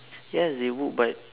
yes they would but